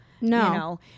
No